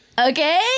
Okay